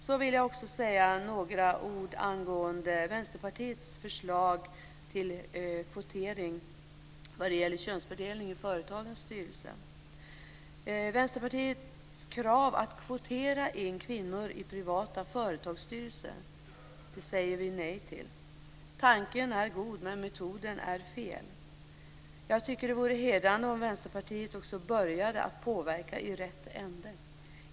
Jag vill också säga några ord angående Vänsterpartiets förslag till kvotering vad gäller könsfördelning i företagens styrelser. Vänsterpartiets krav att kvotera in kvinnor i privata företagsstyrelser säger vi nej till. Tanken är god, men metoden är fel. Jag tycker att det vore hedrande om Vänsterpartiet också började att påverka i rätt ände.